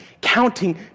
counting